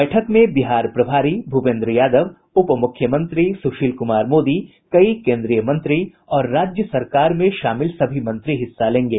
बैठक में बिहार प्रभारी भूपेन्द्र यादव उप मुख्यमंत्री सुशील कुमार मोदी कई केन्द्रीय मंत्री और राज्य सरकार में शामिल सभी मंत्री हिस्सा लेंगे